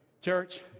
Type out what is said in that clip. Church